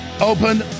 open